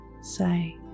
say